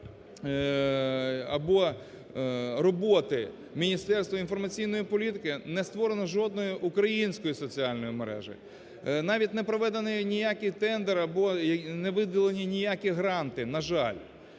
або роботи Міністерства інформаційної політики не створено жодної української соціальної мережі. Навіть не проведено ніякий тендер або не виділено ніякі гранти, на жаль.